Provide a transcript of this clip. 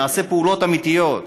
נעשה פעולות אמיתיות.